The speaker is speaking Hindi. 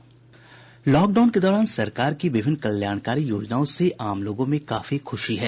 लॉकडाउन के दौरान सरकार की विभिन्न कल्याणकारी योजनाओं से आम लोगों में काफी ख़ुशी है